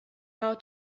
how